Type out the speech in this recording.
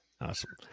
awesome